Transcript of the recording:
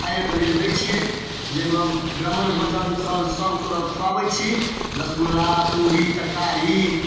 खाइके लेल दै छिए जाहिमे ब्राह्मण भोजनसब सबके खुआबै छी रसगुल्ला पूड़ी तरकारी